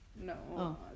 No